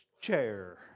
chair